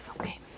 okay